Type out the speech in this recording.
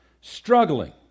struggling